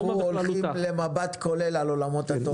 אנחנו הולכים למבט כולל על עולמות התוכן.